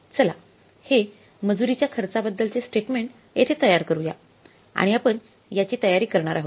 चला हे मजुरीच्या खर्चाबद्दलच स्टेटमेंट येथे तयार करूया आणि आपण याची तयारी करणार आहोत